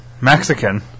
Mexican